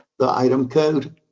the item code.